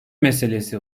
meselesi